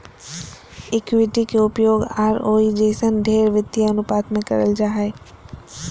equity के उपयोग ROE जइसन ढेर वित्तीय अनुपात मे करल जा हय